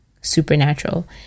supernatural